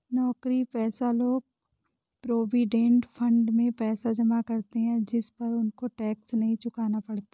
नौकरीपेशा लोग provident fund में पैसा जमा करते है जिस पर उनको टैक्स नहीं चुकाना पड़ता